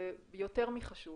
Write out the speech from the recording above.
זה יותר מחשוב.